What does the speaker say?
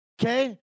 Okay